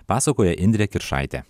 pasakoja indrė kiršaitė